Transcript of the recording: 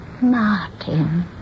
Martin